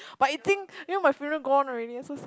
but you think you know my favourite gone already so sad